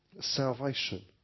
Salvation